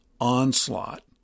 Onslaught